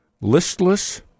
listless